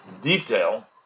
detail